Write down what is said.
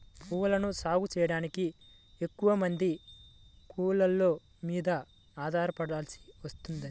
పూలను సాగు చెయ్యడానికి ఎక్కువమంది కూలోళ్ళ మీద ఆధారపడాల్సి వత్తది